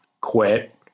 quit